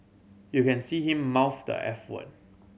you can see him mouth the eff word